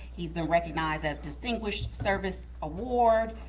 he's been recognized as distinguished service award,